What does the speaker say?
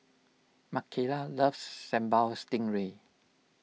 Mckayla loves Sambal Stingray